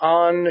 on